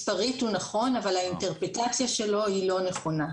מספרית הוא נכון אבל האינטרפרטציה שלו היא לא נכונה.